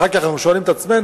אחר כך אנחנו שואלים את עצמנו,